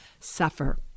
suffer